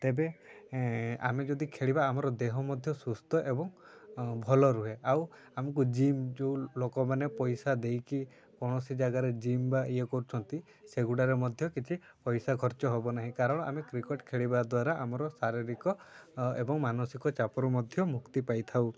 ତେବେ ଆମେ ଯଦି ଖେଳିବା ଆମର ଦେହ ମଧ୍ୟ ସୁସ୍ଥ ଏବଂ ଭଲ ରୁହେ ଆଉ ଆମକୁ ଜିମ୍ ଯେଉଁ ଲୋକମାନେ ପଇସା ଦେଇକି କୌଣସି ଜାଗାରେ ଜିମ୍ ବା ଇଏ କରୁଛନ୍ତି ସେଗୁଡ଼ାରେ ମଧ୍ୟ କିଛି ପଇସା ଖର୍ଚ୍ଚ ହେବ ନାହିଁ କାରଣ ଆମେ କ୍ରିକେଟ୍ ଖେଳିବା ଦ୍ୱାରା ଆମର ଶାରୀରିକ ଏବଂ ମାନସିକ ଚାପରୁ ମଧ୍ୟ ମୁକ୍ତି ପାଇଥାଉ